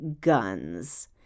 guns